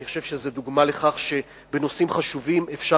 אני חושב שזו דוגמה לכך שבנושאים חשובים אפשר